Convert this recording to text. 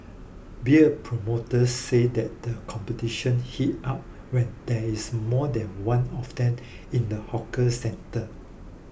beer promoters say that the competition heat up when there is more than one of them in the hawker centre